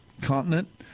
continent